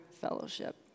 fellowship